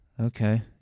okay